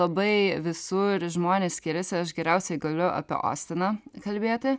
labai visur žmonės skiriasi aš geriausiai galiu apie ostiną kalbėti